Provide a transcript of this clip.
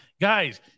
Guys